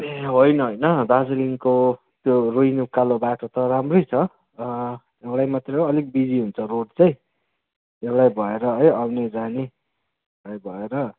ए होइन होइन दार्जिलिङको त्यो रोहिनी उकालो बाटो त राम्रै छ एउटै मात्रै हो अलिक बिजी हुन्छ रोड चाहिँ एउटै भएर है आउने जाने भएर